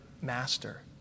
master